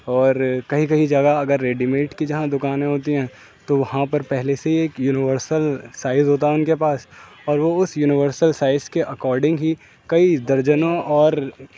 اور کہیں کہیں جگہ اگر ریڈیمیڈ کی جہاں دکانیں ہوتی ہیں تو وہاں پر پہلے سے ہی ایک یونیورسل سائز ہوتا ہے ان کے پاس اور وہ اس یونیورسل سائز کے اکارڈنگ ہی کئی درجنوں اور